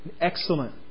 Excellent